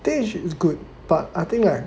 think she is good but I think like